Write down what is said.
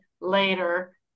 later